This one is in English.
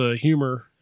humor